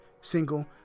single